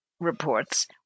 reports